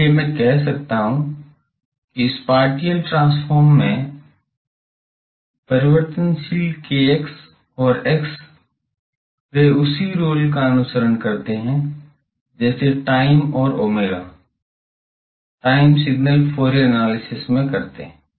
इसलिए मैं कह सकता हूं कि स्पाटिअल ट्रांसफॉर्म में परिवर्तनशील kx और x वे उसी रोल का अनुसरण करते हैं जैसे time और omega time signals Fourier analysis में करते हैं